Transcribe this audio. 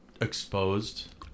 exposed